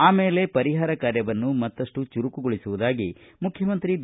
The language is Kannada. ಆಮೇಲೆ ಪರಿಹಾರ ಕಾರ್ಯವನ್ನು ಮತ್ತಷ್ಟು ಚುರುಕುಗೊಳಿಸುವುದಾಗಿ ಮುಖ್ಯಮಂತ್ರಿ ಬಿ